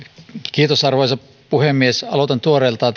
minuuttia arvoisa puhemies aloitan tuoreeltaan